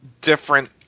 different